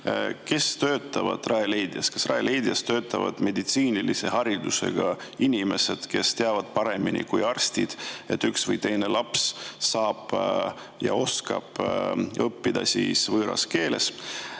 Kes töötavad Rajaleidjas? Kas Rajaleidjas töötavad meditsiinilise haridusega inimesed, kes teavad paremini kui arstid, et üks või teine laps oskab õppida võõras keeles?